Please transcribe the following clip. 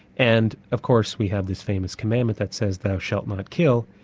and of course we have this famous commandment that says thou shalt not kill,